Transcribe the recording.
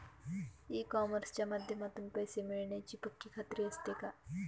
E कॉमर्सच्या माध्यमातून पैसे मिळण्याची पक्की खात्री असते का?